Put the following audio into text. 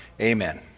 amen